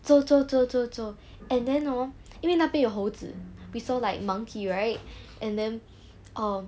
走走走走走 and then hor 因为那边有猴子 we saw like monkey right and then um